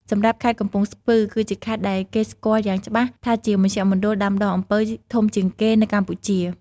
សម្រាប់ខេត្តកំពង់ស្ពឺ គឺជាខេត្តដែលគេស្គាល់យ៉ាងច្បាស់ថាជាមជ្ឈមណ្ឌលដាំដុះអំពៅធំជាងគេនៅកម្ពុជា។